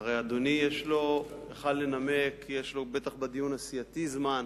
הרי אדוני יוכל לנמק, יש לו בטח בדיון הסיעתי זמן.